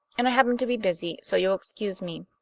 and i happen to be busy, so you'll excuse me.